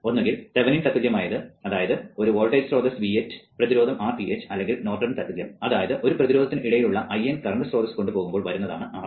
ഒന്നുകിൽ തെവെനിൻ തത്തുല്യമായത് അതായത് ഒരു വോൾട്ടേജ് സ്രോതസ്സ് Vth പ്രതിരോധം Rth അല്ലെങ്കിൽ നോർട്ടൺ തത്തുല്യം അതായത് ഒരു പ്രതിരോധത്തിന് ഇടയിലൂടെ IN കറണ്ട് സ്രോതസ്സ് കൊണ്ടുപോകുമ്പോൾ വരുന്നതാണ് RN